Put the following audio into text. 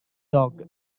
dog